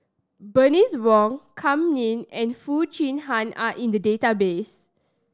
Bernice Wong Kam Ning and Foo Chee Han are in the database